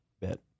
bit